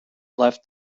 left